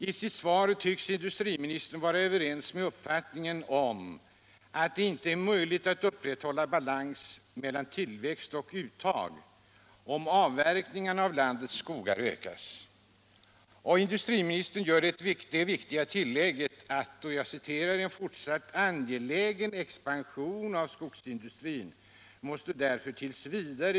I sitt svar tycks industriministern instämma i uppfattningen att det inte är möjligt att upprätthålla balans mellan tillväxt och uttag om avverkningarna av landets skogar ökas. Och industriministern gör det viktiga tillägget: ”En fortsatt angelägen expansion av skogsindustrin måste därför t.v.